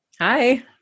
Hi